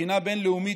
מבחינה בין-לאומית,